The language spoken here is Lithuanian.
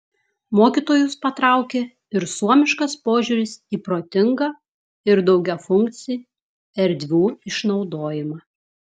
mokytojus patraukė ir suomiškas požiūris į protingą ir daugiafunkcį erdvių išnaudojimą